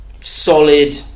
solid